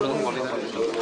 אני מייצג אותו.